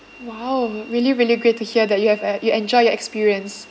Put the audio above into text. !wow! really really great to hear that you have a you enjoyed your experience